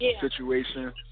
Situation